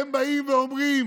הם באים ואומרים